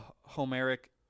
Homeric